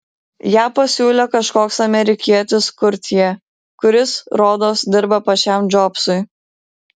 ją pasiūlė kažkoks amerikietis kurtjė kuris rodos dirba pačiam džobsui